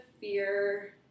fear